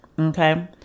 Okay